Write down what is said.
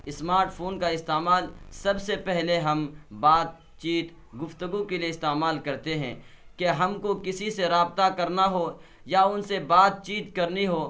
smart phone کا استعمال سب سے پہلے ہم بات چیت گفتگو کے لیے استعمال کرتے ہیں کہ ہم کو کسی سے رابطہ کرنا ہو یا ان سے بات چیت کرنی ہو